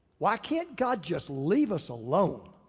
why can't god just leave us alone?